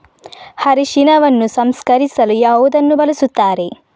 ಅರಿಶಿನವನ್ನು ಸಂಸ್ಕರಿಸಲು ಯಾವುದನ್ನು ಬಳಸುತ್ತಾರೆ?